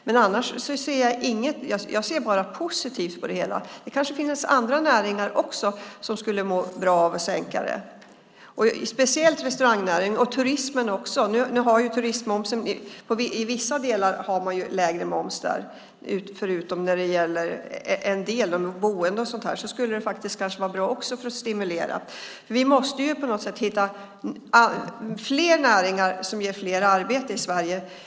Men annars ser jag bara positivt på det hela. Det kanske finns andra näringar också som skulle må bra av en sänkning av momsen, speciellt restaurangnäringen och turismen. Inom vissa delar av turistnäringen har man lägre moms. Förutom det skulle det kanske vara en bra stimulans med en sänkning av momsen. Vi måste hitta fler näringar som ger fler arbeten i Sverige.